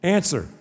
Answer